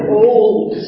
old